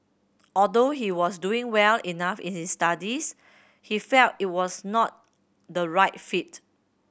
although he was doing well enough in his studies he felt it was not the right fit